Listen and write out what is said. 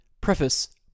Preface